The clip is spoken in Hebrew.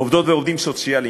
עובדות ועובדים סוציאליים,